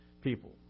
people